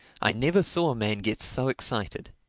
i never saw a man get so excited.